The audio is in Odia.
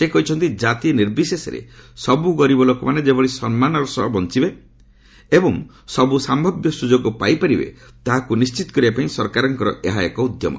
ସେ କହିଛନ୍ତି କାତି ନିର୍ବିଶେଷରେ ସବୁ ଗରିବ ଲୋକମାନେ ଯେଭଳି ସମ୍ମାନର ସହ ବଞ୍ଚିବେ ଏବଂ ସବୁ ସମ୍ଭାବ୍ୟ ସୁଯୋଗ ପାଇପାରିବେ ତାହାକୁ ନିଶ୍ଚିତ କରିବା ପାଇଁ ସରକାରଙ୍କର ଏହା ଏକ ଉଦ୍ୟମ